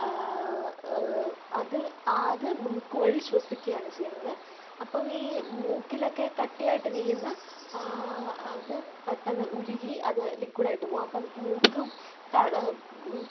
അത് അത് മൂക്കു വഴി ശ്വസിക്കുകയാണ് ചെയ്യുന്നത് അപ്പം ഈ മൂക്കിലൊക്കെ കട്ടിയായിട്ട് ഇരിക്കുന്ന അത് പെട്ടെന്ന് ഉരുകി അത് ലിക്വിഡ് ആയിട്ട് പോവും അപ്പം മൂക്ക്